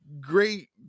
great